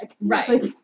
Right